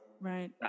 Right